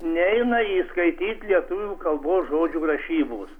neina įskaityt lietuvių kalbos žodžių rašybos